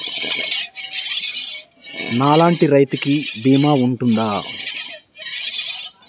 నా లాంటి రైతు కి బీమా ఉంటుందా?